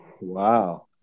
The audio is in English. Wow